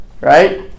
right